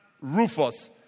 Rufus